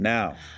Now